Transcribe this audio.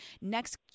Next